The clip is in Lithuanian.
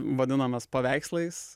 vadinamas paveikslais